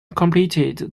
completed